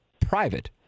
private